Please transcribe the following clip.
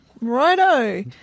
Righto